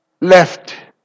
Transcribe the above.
left